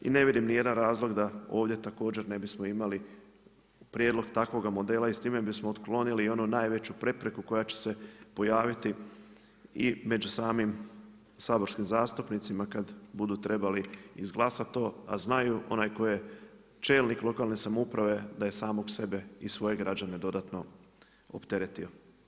I ne vidim niti jedan razlog da ovdje također ne bismo imali prijedlog takvoga modela i s time bismo otklonili i onu najveću prepreku koja će se pojaviti i među samim saborskim zastupnicima kada budu trebali izglasati to a znaju, onaj koji je čelnik lokalne samouprave da je samog sebe i svoje građane dodatno opteretio.